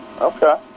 Okay